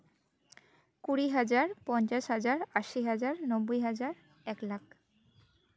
ᱠᱩᱲᱤ ᱦᱟᱡᱟᱨ ᱯᱚᱧᱪᱟᱥ ᱦᱟᱡᱟᱨ ᱟᱥᱤ ᱦᱟᱡᱟᱨ ᱱᱚᱵᱵᱳᱭ ᱦᱟᱡᱟᱨ ᱮᱠ ᱞᱟᱠᱷ